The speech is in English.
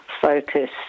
focus